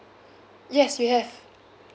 yes we have